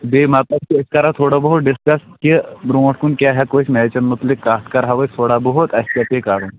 بیٚیہِ مطلب کہ أسۍ کَرَو تھوڑا بہت ڈِسکَس کہ برونٛٹھ کُن کیٛاہ ہٮ۪کَو أسۍ میچَن مُطلعق کَتھ کَرٕہَو أسۍ تھوڑا بہت اَسہِ کیٛاہ پیٚیہِ کَرُن